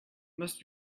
must